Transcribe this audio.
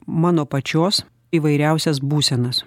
mano pačios įvairiausias būsenas